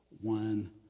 one